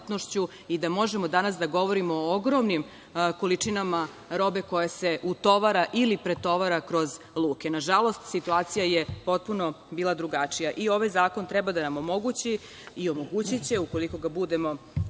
i da možemo danas da govorimo o ogromnim količinama robe koja se utovara ili pretovara kroz luke. Nažalost, situacija je potpuno bila drugačija. Ovaj zakon treba da nam omogući i omogućiće, ukoliko ga budete